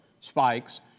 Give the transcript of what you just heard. spikes